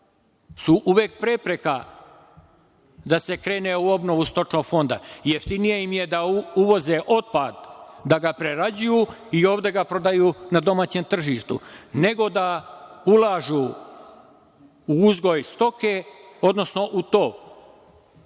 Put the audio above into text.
su uvek prepreka da se krene u obnovu stočnog fonda. Jeftinije im je da uvoze otpad, da ga prerađuju i ovde ga prodaju na domaćem tržištu, nego da ulažu u uzgoj stoke, odnosno u tov.